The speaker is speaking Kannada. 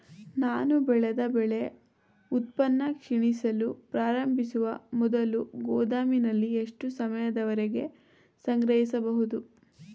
ನಾನು ಬೆಳೆದ ಬೆಳೆ ಉತ್ಪನ್ನ ಕ್ಷೀಣಿಸಲು ಪ್ರಾರಂಭಿಸುವ ಮೊದಲು ಗೋದಾಮಿನಲ್ಲಿ ಎಷ್ಟು ಸಮಯದವರೆಗೆ ಸಂಗ್ರಹಿಸಬಹುದು?